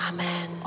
Amen